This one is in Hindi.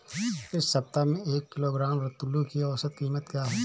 इस सप्ताह में एक किलोग्राम रतालू की औसत कीमत क्या है?